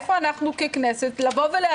איפה אנחנו ככנסת לומר: